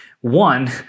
one